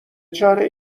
چاره